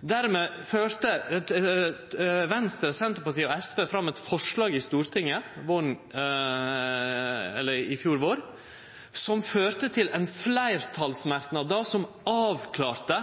Dermed la Venstre, Senterpartiet og SV fram eit forslag i Stortinget i fjor vår som førte til ein fleirtalsmerknad som avklarte